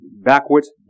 backwards